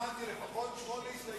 חברי הכנסת,